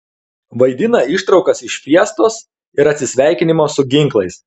vaidina ištraukas iš fiestos ir atsisveikinimo su ginklais